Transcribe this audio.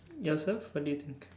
yourself what do you think